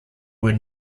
were